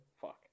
Fuck